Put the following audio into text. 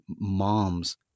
mom's